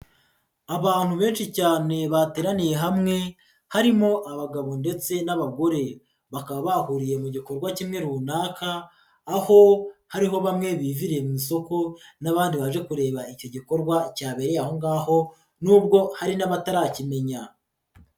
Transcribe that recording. Abantu benshi cyane bateraniye hamwe harimo abagabo ndetse n'abagore, bakaba bahuriye mu gikorwa kimwe runaka, aho hariho bamwe biviriye mu isoko n'abandi baje kureba icyo gikorwa cyabereye aho ngaho n'ubwo hari n'abatarakimenya.